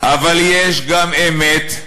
/ אבל יש גם אמת,